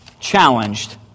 challenged